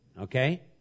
Okay